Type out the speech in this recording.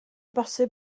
bosib